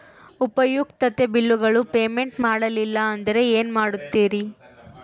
ಉಪಯುಕ್ತತೆ ಬಿಲ್ಲುಗಳ ಪೇಮೆಂಟ್ ಮಾಡಲಿಲ್ಲ ಅಂದರೆ ಏನು ಮಾಡುತ್ತೇರಿ?